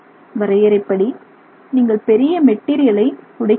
வரையறைப்படி நீங்கள் பெரிய மெட்டீரியலை உடைக்கிறீர்கள்